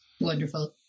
wonderful